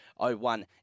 01